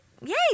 Yay